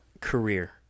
career